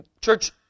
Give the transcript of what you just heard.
church